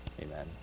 Amen